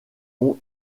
ont